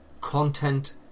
Content